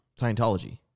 Scientology